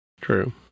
True